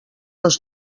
les